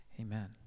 amen